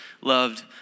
loved